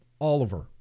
Oliver